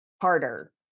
harder